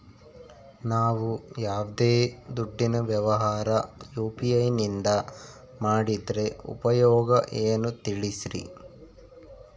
ನಾವು ಯಾವ್ದೇ ದುಡ್ಡಿನ ವ್ಯವಹಾರ ಯು.ಪಿ.ಐ ನಿಂದ ಮಾಡಿದ್ರೆ ಉಪಯೋಗ ಏನು ತಿಳಿಸ್ರಿ?